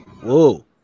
Whoa